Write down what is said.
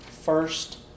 first